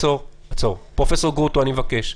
פרופ' גרוטו, אני מבקש,